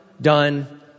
done